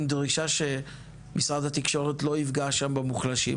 דרישה שמשרד התקשורת לא יפגע שם במוחלשים,